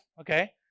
Okay